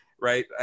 Right